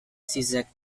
czech